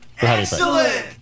Excellent